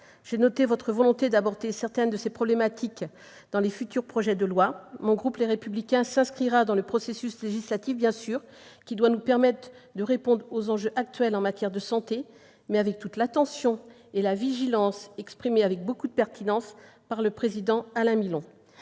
J'ai noté votre volonté d'aborder certaines de ces problématiques dans les projets de loi à venir. Le groupe Les Républicains s'inscrira dans le processus législatif qui doit nous permettre de répondre aux enjeux actuels en matière de santé, mais avec toute l'attention et la vigilance exprimées avec une grande pertinence par le président de la